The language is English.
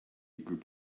group